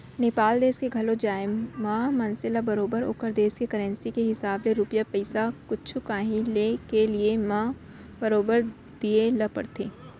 नेपाल देस के घलौ जाए म मनसे ल बरोबर ओकर देस के करेंसी के हिसाब ले रूपिया पइसा कुछु कॉंही के लिये म बरोबर दिये ल परथे